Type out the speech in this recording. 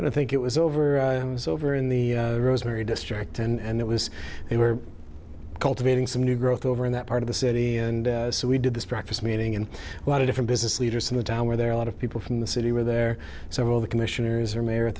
i think it was over over in the rosemary district and it was they were cultivating some new growth over in that part of the city and so we did this breakfast meeting and a lot of different business leaders from the town where there are a lot of people from the city were there several of the commissioners are mayor at